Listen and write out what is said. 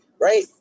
Right